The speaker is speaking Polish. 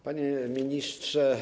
Panie Ministrze!